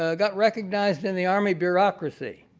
ah got recognized in the army bureaucracy.